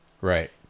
Right